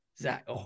Zach